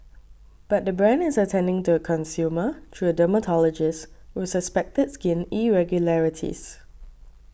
but the brand is attending to a consumer through a dermatologist with suspected skin irregularities